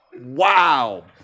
Wow